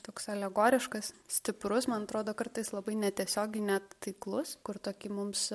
toks alegoriškas stiprus man atrodo kartais labai netiesiogiai net taiklus kur tokį mums